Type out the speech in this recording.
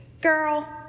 girl